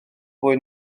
fwy